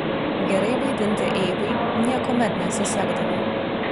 gerai vaidinti eivai niekuomet nesisekdavo